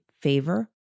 favor